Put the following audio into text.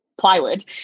plywood